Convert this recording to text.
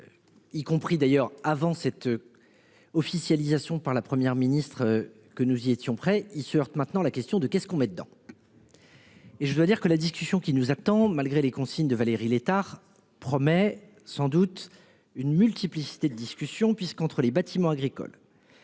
Y compris d'ailleurs avant cette. Officialisation par la Première ministre que nous y étions prêts. Ils se heurtent, maintenant la question de qu'est-ce qu'on met dedans. Et je dois dire que la discussion qui nous attend. Malgré les consignes de Valérie Létard promet sans doute une multiplicité de discussion puisqu'entre les bâtiments agricoles.